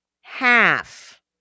half